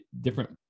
different